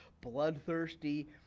bloodthirsty